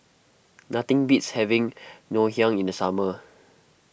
nothing beats having Ngoh Hiang in the summer